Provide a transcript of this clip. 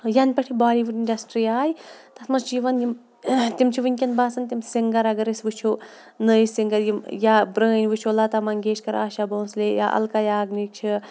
یَنہٕ پٮ۪ٹھ یہِ بالیٖوُڈ اِنڈَسٹِرٛی آے تَتھ منٛز چھُ یِوان یِم تِم چھِ ونۍکٮ۪ن باسان تِم سِنٛگَر اگر أسۍ وٕچھو نٔے سِنٛگَر یِم یا پرٛٲنۍ وٕچھو لَتا منٛگیشکَر عاشہ بولسے یا اَلکا یاگنی چھِ